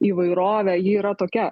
įvairovę ji yra tokia